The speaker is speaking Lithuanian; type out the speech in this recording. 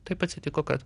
taip atsitiko kad